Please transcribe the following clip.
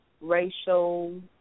Racial